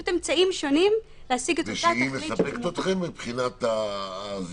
אלה פשוט אמצעים שונים להשיג את אותה תכלית.